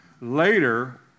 Later